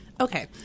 Okay